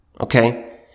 Okay